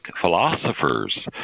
philosophers